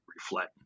reflect